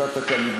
נתת כאן,